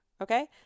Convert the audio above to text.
okay